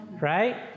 right